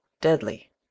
deadly